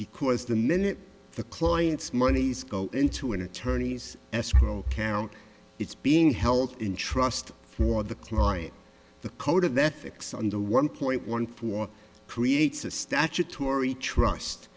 because the minute the client's monies go into an attorney's escrow account it's being held in trust for the client the code of ethics on the one point one four creates a statutory trust